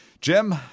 Jim